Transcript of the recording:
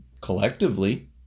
collectively